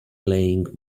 playing